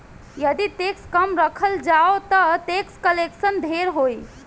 यदि टैक्स कम राखल जाओ ता टैक्स कलेक्शन ढेर होई